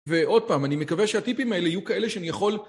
ועוד פעם אני מקווה שהטיפים האלה יהיו כאלה שאני יכול...